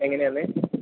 എങ്ങനെയായിരുന്നു